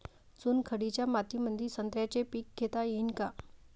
चुनखडीच्या मातीमंदी संत्र्याचे पीक घेता येईन का?